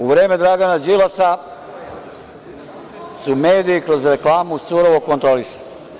U vreme Dragana Đilasa su mediji kroz reklamu surovo kontrolisani.